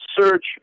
Search